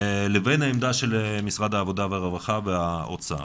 לבין העמדה של משרד העבודה והרווחה והאוצר.